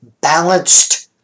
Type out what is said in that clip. balanced